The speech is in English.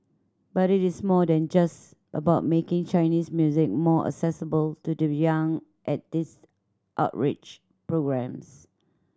but it is more than just about making Chinese music more accessible to the young at these outreach programmes